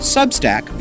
Substack